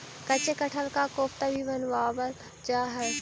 कच्चे कटहल का कोफ्ता भी बनावाल जा हई